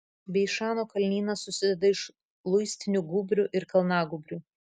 beišano kalnynas susideda iš luistinių gūbrių ir kalnagūbrių